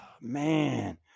man